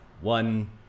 one